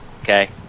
okay